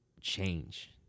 Change